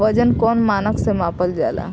वजन कौन मानक से मापल जाला?